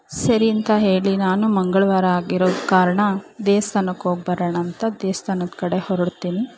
ಸರಿ ಅಂತ ಹೇಳಿ ನಾನು ಮಂಗಳವಾರ ಆಗಿರೋ ಕಾರಣ ದೇವಸ್ಥಾನಕ್ ಹೋಗ್ಬರೋಣ ಅಂತ ದೇವಸ್ಥಾನದ್ ಕಡೆ ಹೊರಡುತ್ತೀನಿ